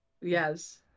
Yes